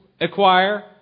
acquire